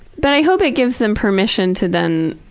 but i hope it gives them permission to then,